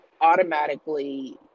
automatically